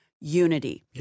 unity